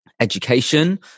education